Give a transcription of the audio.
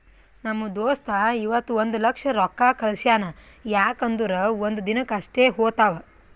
ನಮ್ ದೋಸ್ತ ಇವತ್ ಒಂದ್ ಲಕ್ಷ ರೊಕ್ಕಾ ಕಳ್ಸ್ಯಾನ್ ಯಾಕ್ ಅಂದುರ್ ಒಂದ್ ದಿನಕ್ ಅಷ್ಟೇ ಹೋತಾವ್